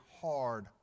hard